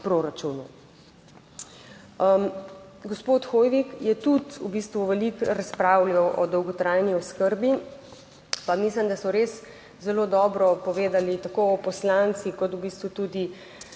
Gospod Hoivik je tudi v bistvu veliko razpravljal o dolgotrajni oskrbi, pa mislim, da so res zelo dobro povedali tako poslanci, kot v bistvu tudi